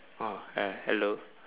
ah h~ hello